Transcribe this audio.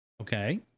Okay